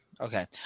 Okay